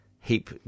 heap